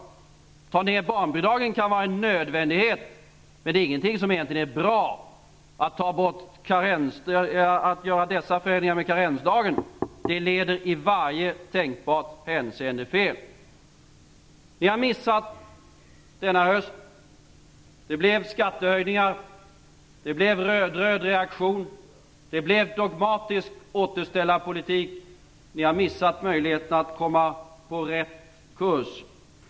En sänkning av barnbidraget kan vara en nödvändighet, men det är inte bra. När man förändrar karensdagen leder det fel i varje tänkbart hänseende. Ni har missat denna höst. Det blev skattehöjningar, en rödröd reaktion och en dogmatisk återställarpolitik. Ni har missat möjligheterna att komma på rätt kurs.